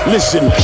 Listen